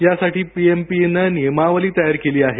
यासाठी पीएमपीने नियमावली तयार केली आहे